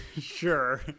sure